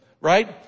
right